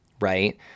right